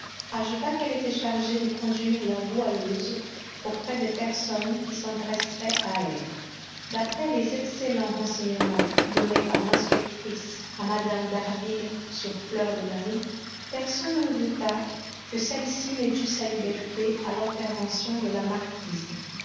ajouta qu'elle était chargée de conduire la goualeuse auprès des personnes qui s'intéressaient à elle d'après les excellents renseignements donnés par l'inspectrice à mme d'harville sur fleur de marie personne ne douta que celle-ci ne dût sa liberté à l'intervention de la marquise